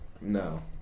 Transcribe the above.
No